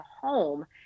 home